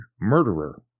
murderer